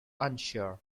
unsure